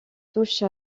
touche